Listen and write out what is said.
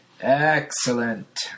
Excellent